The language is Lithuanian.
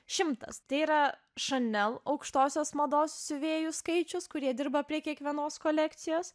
šimtas tai yra šanel aukštosios mados siuvėjų skaičius kurie dirba prie kiekvienos kolekcijos